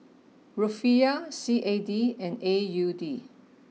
Rufiyaa C A D and A U D